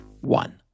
one